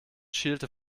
schielte